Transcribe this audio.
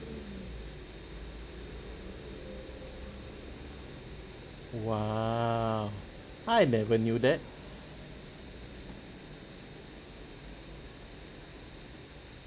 !wow! I never knew that